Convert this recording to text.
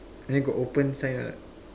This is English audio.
then got open sign ah